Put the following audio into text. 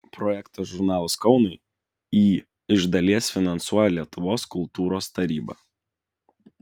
projektą žurnalas kaunui į iš dalies finansuoja lietuvos kultūros taryba